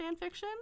fanfiction